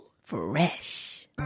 fresh